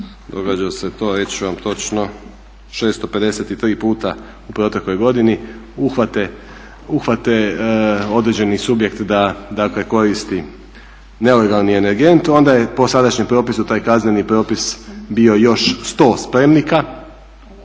događa se to, reći ću vam točno 653 puta u protekloj godini uhvate određeni subjekt da dakle koristi nelegalni energent onda je po sadašnjem propisu taj kazneni propis bio još 100 spremnika.